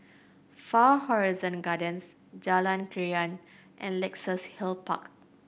Far Horizon Gardens Jalan Krian and Luxus Hill Park